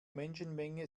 menschenmenge